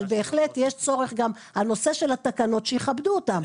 אבל בהחלט יש צורך גם הנושא של התקנות שיכבדו אותם,